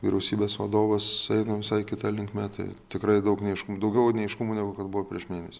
vyriausybės vadovas eina visai kita linkme tai tikrai daug neaiškumų daugiau neaiškumų negu buvo prieš mėnesį